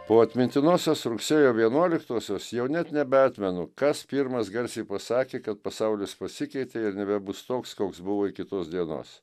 po atmintinosios rugsėjo vienuoliktosios jau net nebeatmenu kas pirmas garsiai pasakė kad pasaulis pasikeitė ir nebebus toks koks buvo iki tos dienos